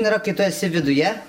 yra kai tu esi viduje